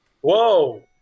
Whoa